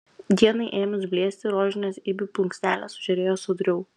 dienai ėmus blėsti rožinės ibių plunksnelės sužėrėjo sodriau